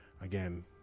Again